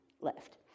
left